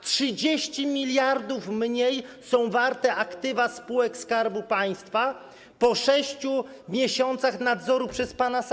30 mld mniej są warte aktywa spółek Skarbu Państwa po 6 miesiącach nadzoru przez pana Sasina.